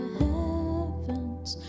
heavens